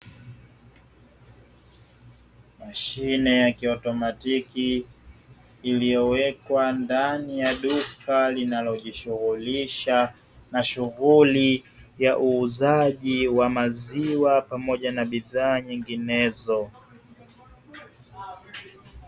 Mashine ya kiotomatiki iliyowekwa ndani ya duka linalojishughulisha na shughuli ya uuzaji wa maziwa pamoja na bidhaa nyinginezo.